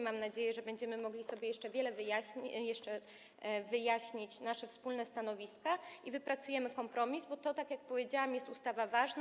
Mam nadzieję, że będziemy mogli sobie jeszcze wiele wyjaśnić, wyjaśnić nasze wspólne stanowiska i wypracujemy kompromis, bo to, tak jak powiedziałam, jest ustawa ważna.